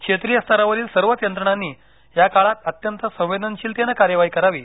क्षेत्रीय स्तरावरील सर्वच यंत्रणांनी या काळात अत्यंत संवेदनशीलतेने कार्यवाही करावी